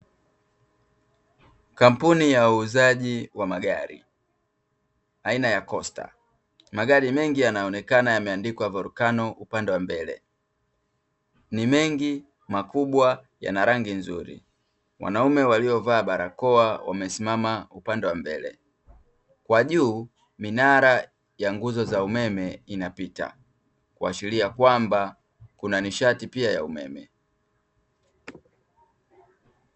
Kampuni ya uuzaji wa magari aina ya costa. Magari mengi yanaonekana yameandikwa volcano upande wa mbele. Ni mengi, makubwa, yana rangi nzuri. Wanaume waliovaa barakoa wamesimama upande wa mbele. Kwa juu minara ya nguzo za umeme inapita kuashiria kwamba kuna nishati pia ya umeme.